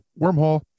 wormhole